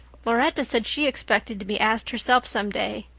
lauretta said she expected to be asked herself someday.